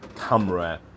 camera